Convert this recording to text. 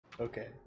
Okay